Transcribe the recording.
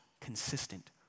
consistent